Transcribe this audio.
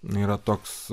yra toks